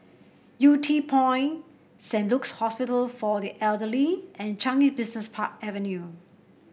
Yew Tee Point Saint Luke's Hospital for the Elderly and Changi Park Avenue